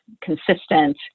consistent